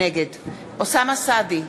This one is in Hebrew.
נגד אוסאמה סעדי,